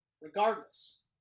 regardless